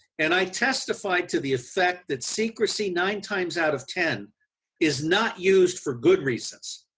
and i testified to the effect that secrecy nine times out of ten is not used for good reasons,